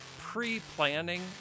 Pre-planning